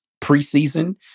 preseason